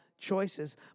choices